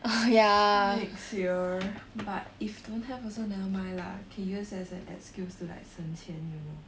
next year but if don't have also never mind lah can use as an excuse to like 省钱 you know